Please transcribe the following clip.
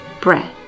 breath